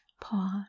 pause